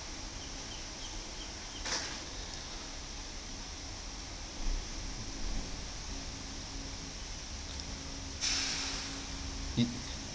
it